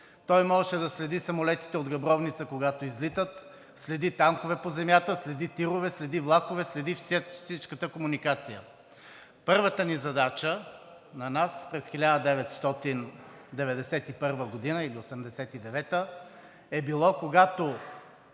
Той можеше да следи самолетите от Габровница, когато излитат, следи танкове по земята, следи тирове, следи влакове, следи всичката комуникация. Първата ни задача – на нас, през 1991-а и до 1989 г., е било, когато